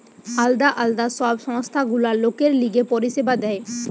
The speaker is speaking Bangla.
আলদা আলদা সব সংস্থা গুলা লোকের লিগে পরিষেবা দেয়